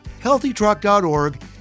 HealthyTruck.org